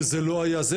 שזה לא היה זה,